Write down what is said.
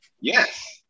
Yes